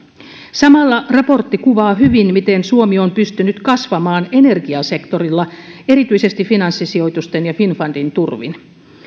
samalla raportti kuvaa hyvin miten suomi on pystynyt kasvamaan energiasektorilla erityisesti finanssisijoitusten ja finnfundin turvin